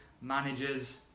managers